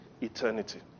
eternity